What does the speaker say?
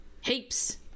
heaps